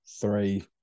three